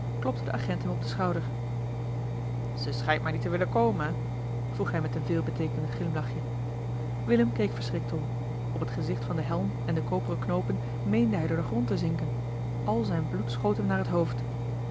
klopte de agent hem op den schouder ze schijnt maar niet te willen komen hé vroeg hij met een veelbeteekenend glimlachje willem keek verschrikt om op het gezicht van den helm en de koperen knoopen meende hij door den grond te zinken al zijn bloed schoot hem naar het hoofd